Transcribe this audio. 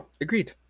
Agreed